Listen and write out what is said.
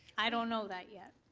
i don't know that yet.